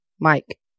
Mike